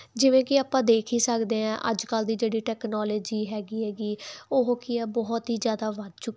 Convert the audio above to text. ਜਿਵੇਂ ਕਿ ਆਪਾਂ ਦੇਖ ਹੀ ਸਕਦੇ ਆਂ ਅੱਜ ਕੱਲ ਦੀ ਜਿਹੜੀ ਟੈਕਨੋਲੋਜੀ ਹੈਗੀ ਹੈਗੀ ਉਹ ਕੀ ਆ ਬਹੁਤ ਹੀ ਜ਼ਿਆਦਾ ਵੱਧ ਚੁੱਕੀ